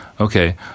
okay